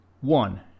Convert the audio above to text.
One